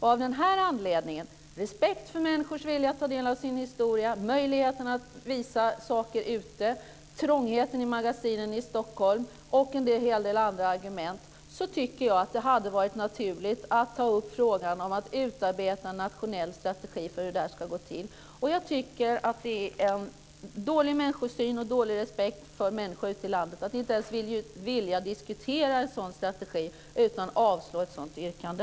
Mot denna bakgrund - respekt för människors vilja att ta del av sin historia, möjligheterna att visa saker ute i landet, trångheten i magasinen i Stockholm och en hel del andra argument - tycker jag att det hade varit naturligt att ta upp frågan om att utarbeta en nationell strategi för hur det här ska gå till. Jag tycker att det är uttryck för en dålig människosyn och brist på respekt för människor ute i landet att inte ens vilja diskutera en sådan strategi utan avstyrka ett sådant yrkande.